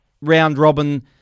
round-robin